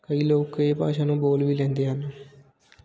ਕਈ ਲੋਕ ਇਹ ਭਾਸ਼ਾ ਨੂੰ ਬੋਲ ਵੀ ਲੈਂਦੇ ਹਨ